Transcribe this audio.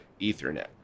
ethernet